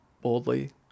boldly